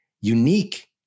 unique